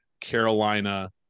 carolina